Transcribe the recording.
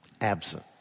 absent